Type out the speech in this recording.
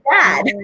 dad